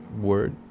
word